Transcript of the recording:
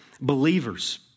believers